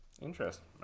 Interesting